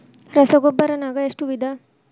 ರಸಗೊಬ್ಬರ ನಾಗ್ ಎಷ್ಟು ವಿಧ?